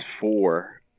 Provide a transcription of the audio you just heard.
four